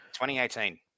2018